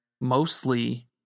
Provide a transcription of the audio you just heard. mostly